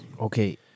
Okay